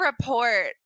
report